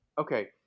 Okay